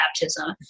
baptism